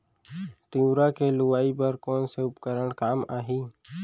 तिंवरा के लुआई बर कोन से उपकरण काम आही?